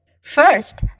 First